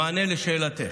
במענה על שאלתך